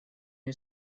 you